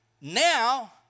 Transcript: Now